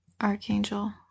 Archangel